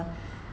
uh